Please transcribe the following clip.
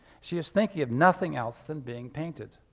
she is thinking of nothing else than being painted.